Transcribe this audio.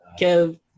Kev